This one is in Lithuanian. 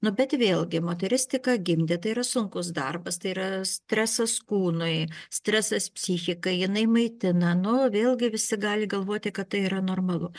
nu bet vėlgi moteris tik ką gimdė tai yra sunkus darbas tai yra stresas kūnui stresas psichikai jinai maitina nu vėlgi visi gali galvoti kad tai yra normalu